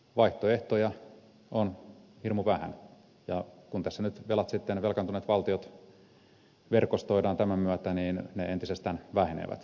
vaihtoehtoja on hirmu vähän ja kun tässä nyt sitten velkaantuneet valtiot verkostoidaan tämän myötä niin ne entisestään vähenevät